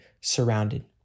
surrounded